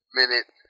minute